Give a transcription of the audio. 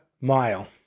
mile